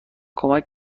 کمک